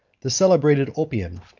the celebrated ulpian,